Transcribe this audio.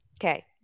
Okay